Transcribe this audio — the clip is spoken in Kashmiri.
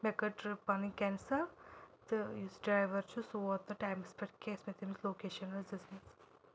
مےٚ کٔر ٹٕرٛپ پَنٕنۍ کٮ۪نسَل تہٕ یُس ڈرٛایوَر چھُ سُہ ووت نہٕ ٹایمَس پٮ۪ٹھ کیٚنٛہہ یۄس مےٚ تٔمِس لوکیشَن ٲسۍ دِژمٕژ